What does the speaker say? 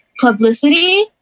publicity